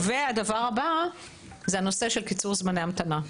והדבר הבא זה הנושא של קיצור זמני ההמתנה.